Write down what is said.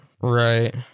Right